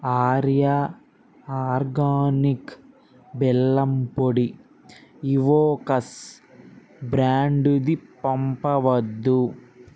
Arya organic బెల్లం పొడి ఇవోకస్ బ్రాండుది పంపవద్దు